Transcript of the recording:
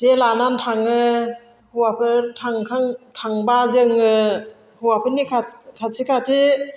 जे लानानै थाङो हौवाफोर थांब्ला जोङो हौवाफोरनि खाथि खाथि